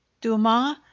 Dumas